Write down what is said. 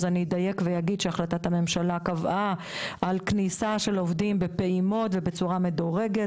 אז אני אגיד שהחלטת הממשלה קבעה על כניסת עובדים בפעימות ובצורה מדורגת,